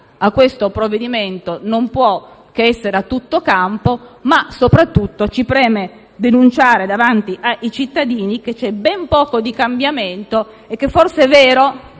a questo provvedimento non può che essere a tutto campo, ma soprattutto ci preme denunciare davanti ai cittadini che c'è ben poco di cambiamento e che forse è vero,